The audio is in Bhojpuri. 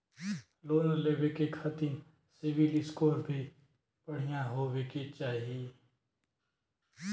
लोन लेवे के खातिन सिविल स्कोर भी बढ़िया होवें के चाही?